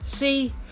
See